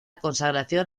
consagración